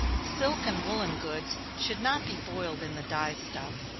silk and woollen goods should not be boiled in the dye-stuff,